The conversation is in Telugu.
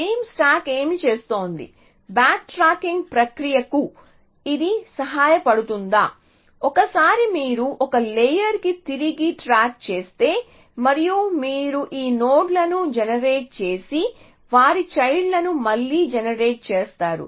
బీమ్ స్టాక్ ఏమి చేస్తోంది బ్యాక్ ట్రాకింగ్ ప్రక్రియకు ఇది సహాయపడుతుందా ఒకసారి మీరు ఒక లేయర్ కి తిరిగి ట్రాక్ చేస్తే మరియు మీరు ఈ నోడ్లను జనరేట్ చేసి వారి చైల్డ్ లను మళ్లీ జనరేట్ చేస్తారు